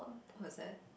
was that